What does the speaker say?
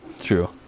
true